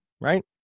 right